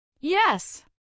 Yes